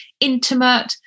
intimate